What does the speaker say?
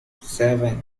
seven